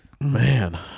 Man